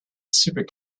super